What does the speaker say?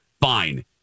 Fine